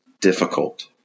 difficult